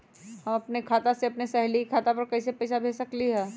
हम अपना खाता से अपन सहेली के खाता पर कइसे पैसा भेज सकली ह?